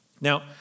Now